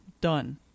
done